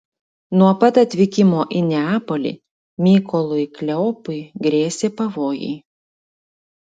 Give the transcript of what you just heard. nuo pat atvykimo į neapolį mykolui kleopui grėsė pavojai